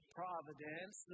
providence